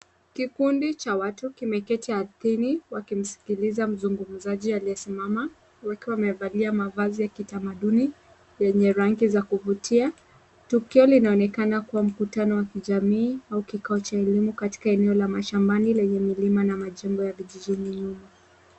Kikundi cha watu kimeketi ardhini wakimsikiliza mzungumzaji aliyesimama wakiwa wamevalia mavazi ya kitamaduni yenye rangi za kuvutia. Tukio linaonekana kuwa mkutano wa kijamii au kikao ya elimu katika eneo la mashambani lenye milima na majengo ya vijijini nyuma.